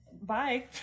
Bye